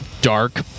dark